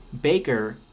Baker